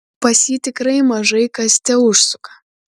pas jį tikrai mažai kas teužsuka